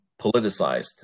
politicized